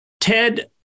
Ted